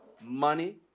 money